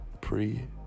Pre-